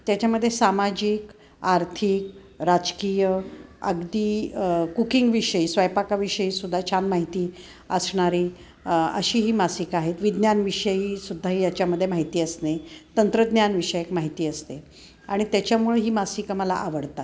त्याच्यामध्ये सामाजिक आर्थिक राजकीय अगदी कुकिंगविषयी स्वयपाकाविषयीसुद्धा छान माहिती असणारी अशी ही मासिकं आहेत विज्ञानाविषयीसुद्धा ही याच्यामध्ये माहिती असणे तंत्रज्ञानविषयक माहिती असते आणि त्याच्यामुळे ही मासिकं मला आवडतात